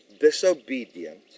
disobedient